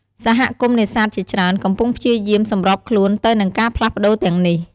សហគមន៍នេសាទជាច្រើនកំពុងព្យាយាម សម្របខ្លួន ទៅនឹងការផ្លាស់ប្តូរទាំងនេះ។